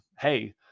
hey